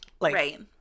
Right